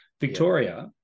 victoria